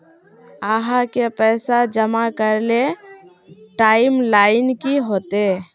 आहाँ के पैसा जमा करे ले टाइम लाइन की होते?